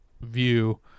view